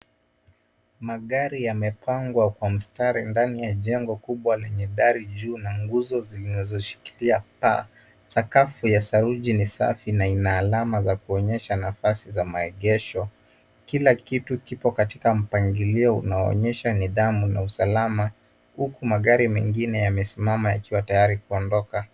Magari yamepangwa kwa mstari ndani ya jengo kubwa lenye dari juu na nguzo zilizoshikilia paa. Sakafu ya saruji ni safi na ina alama za kuonyesha nafasi za maegesho. Kila kitu kipo katika mpangilio unaoonyesha nidhamu na usalama huku magari mengine yamesimama yakiwa tayari kuondoka.